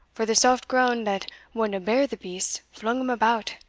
for the soft grund that wadna bear the beast, flung him about,